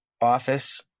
office